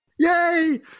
Yay